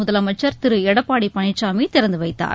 முதலமைச்சர் திரு எடப்பாடி பழனிசாமி திறந்துவைத்தார்